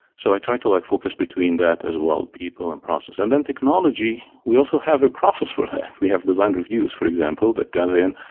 so i try to like focus between that as well, people and process and then technology, we also have a process for that. we have design reviews, for example that goes in.